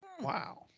Wow